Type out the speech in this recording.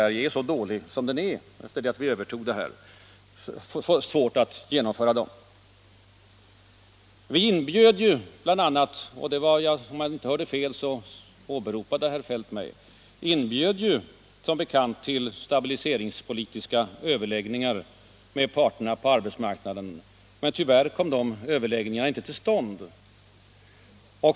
Regeringen inbjöd i höstas till stabiliseringspolitiska överläggningar med parterna på arbetsmarknaden. Tyvärr kom de överläggningarna inte till stånd.